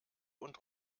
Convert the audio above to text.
und